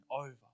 over